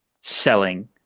selling